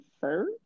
sir